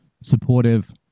supportive